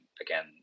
again